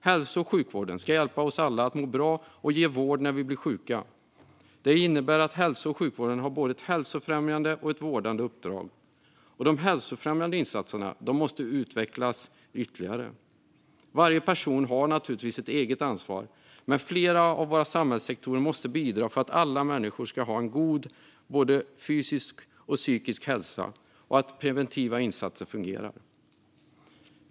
Hälso och sjukvården ska hjälpa oss alla att må bra och ge vård när vi blivit sjuka. Det innebär att hälso och sjukvården har både ett hälsofrämjande och ett vårdande uppdrag. De hälsofrämjande insatserna måste utvecklas ytterligare. Varje person har naturligtvis ett eget ansvar, men flera av våra samhällssektorer måste bidra för att alla människor ska ha en god både fysisk och psykisk hälsa och att preventiva insatser fungerar.